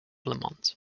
lamont